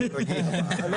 לא